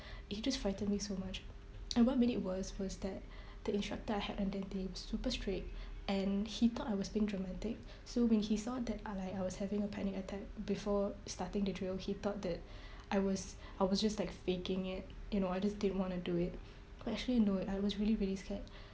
it just frightened me so much and what made it worse was that the instructor I had on that day was super strict and he thought I was being dramatic so when he saw that I like I was having a panic attack before starting the drill he thought that I was I was just like faking it you know I just didn't want to do it but actually no I was really really scared